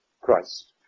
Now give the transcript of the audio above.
Christ